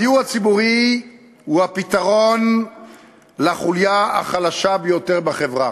הדיור הציבורי הוא הפתרון לחוליה החלשה ביותר בחברה.